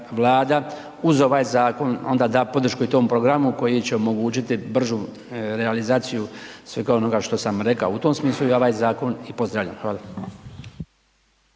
Vlada uz ovaj zakon onda da podršku i tom programu koji će omogućiti bržu realizaciju svega onoga što sam rekao, u tom smislu ja ovaj zakon i pozdravljam, hvala.